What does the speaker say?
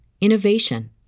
innovation